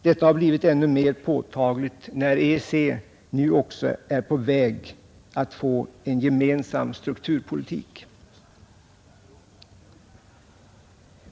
Detta har blivit ännu mera påtagligt när EEC nu också är på väg att få en gemensam strukturpolitik.